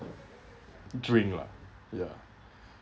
drink lah ya